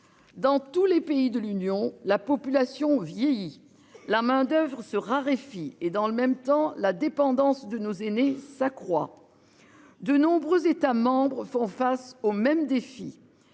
Dans tous les pays de l'Union, la population vieillit, la main-d'Oeuvres se raréfie et dans le même temps la dépendance de nos aînés s'accroît. De nombreux États membres font face aux mêmes défis,